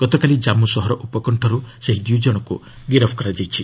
ଗତକାଲି ଜାମ୍ପୁ ସହର ଉପକଶ୍ଚରୁ ସେହି ଦୁଇଜଶଙ୍କୁ ଗିରଫ କରାଯାଇଛି